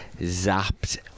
zapped